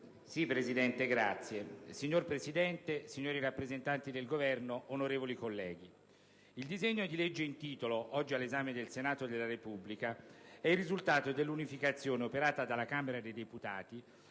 Signor Presidente, signori rappresentanti del Governo, onorevoli colleghi, il disegno di legge in titolo, oggi all'esame del Senato della Repubblica, è il risultato dell'unificazione, operata dalla Camera dei deputati,